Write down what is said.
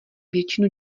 většinu